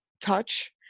touch